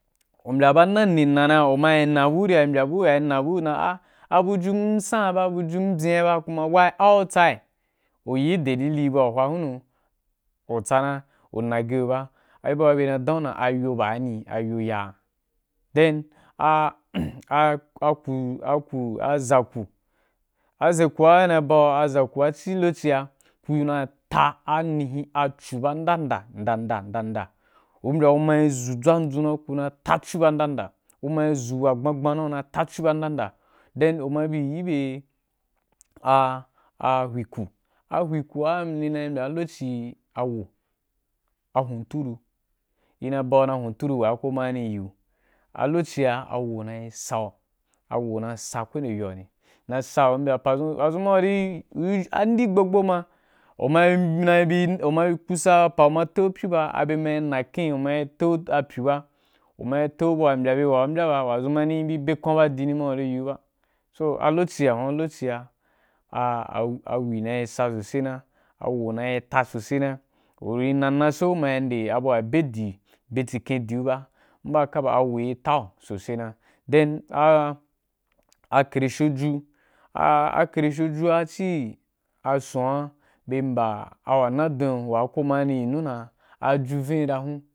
U mbya ba nani u mana dan un na bu uri ya na bu u ri dan a abujun san ba, bu jun byen̍n ba kuma while antsai, u yi dalili bu wa u hwa hunu u tsana u nage ‘u ba a buwa bye na da yi ayo ba ni, ayo ya, then aku, aka, a za ku, a zaku a i na yi bau, azaku a ci lokoci ‘a, ku yi na ta ai ni hi a cu ba nda’nda nda udmbya ku ma yi zu dʒwa dʒuna, ku na ta cu ba nda nda kuma yi zu wa gban gban na kuna’i ta cu ba nda nda then u ma yi bi yi bye a a hwiku a m na yi mbya a lokoci a wo a hunturu, i na yi ba gu dan ra a hunturu wa kowaní pa ma ri yi gu, a lokoci wa a wo na yi sa wu, a wo na yi sa kowani yo ani, na’i sa u ri mbya padʒu, padʒun ma uri ri andi gbo gbo ma u ma na yi bi, u ma yi kusa pa ma yí tei u pyu ba a bye ma yí na ken u ma yi te’u pyu ba u ma yi teu bu wa mbya bye ba wa u mbya ba wani ni n be kwan ba dini ma waʃzun ni yi ni ba, so lokoci wa yi huan, a lokaci a, a wi na yi sa so sai na, a wo na yi ta so sai na, u ri na na saí u ma yi nde bu wa be di bedtsir ken di’u ba im ba haka ba a wo yī tau sosai na then a kaeshe u’ ju. A karshe’u juba ci’a sun a bye mba awa na dun yī yo wa ko wani pa yi dan a ju vīn ra hun.